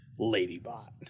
Ladybot